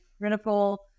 critical